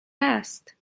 است